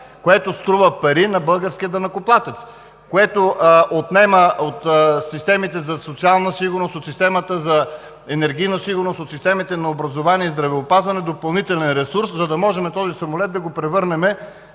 Това струва пари на българския данъкоплатец, отнема от системите за социална сигурност, от системата за енергийна сигурност, от системите за образование и здравеопазване допълнителен ресурс, за да може този самолет да го превърнем